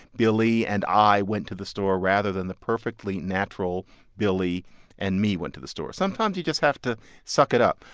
billy and i went to the store rather than the perfectly natural billy and me went to the store. sometimes you just have to suck it up.